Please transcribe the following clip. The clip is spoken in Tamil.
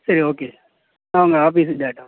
சரி ஓகே சார் ஆமாம் ஆஃபிஸ்க்கு டேரெக்ட்டாக வரேன்